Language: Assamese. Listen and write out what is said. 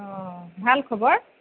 অঁ ভাল খবৰ